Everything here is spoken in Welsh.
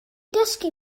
dysgu